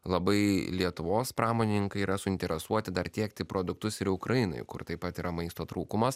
labai lietuvos pramonininkai yra suinteresuoti dar tiekti produktus ir į ukrainai kur taip pat yra maisto trūkumas